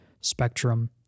spectrum